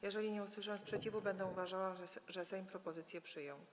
Jeżeli nie usłyszę sprzeciwu, będę uważała, że Sejm propozycję przyjął.